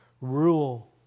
rule